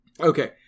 Okay